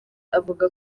avuga